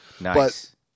Nice